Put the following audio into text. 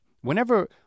whenever